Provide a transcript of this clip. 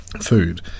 food